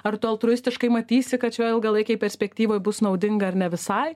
ar tu altruistiškai matysi kad šioj ilgalaikėj perspektyvoj bus naudinga ar ne visai